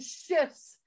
shifts